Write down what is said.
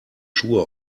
schuhe